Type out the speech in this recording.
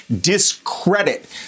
discredit